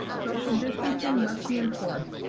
social distancing must be enforced.